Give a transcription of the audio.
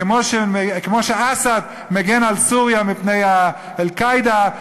כמו שאסד מגן על סוריה מפני "אל-קאעידה",